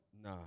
Nah